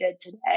today